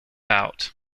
out